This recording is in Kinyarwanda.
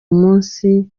umunsi